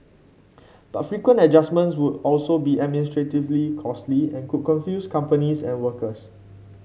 but frequent adjustments would also be administratively costly and could confuse companies and workers